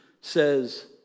says